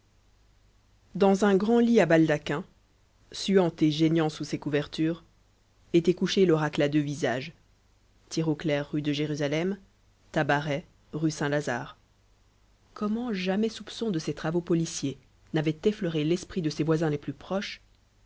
dans un grand lit à baldaquin suant et geignant sous ses couvertures était couché l'oracle à deux visages tirauclair rue de jérusalem tabaret rue saint-lazare comment jamais soupçon de ses travaux policiers n'avait effleuré l'esprit de ses voisins les plus proches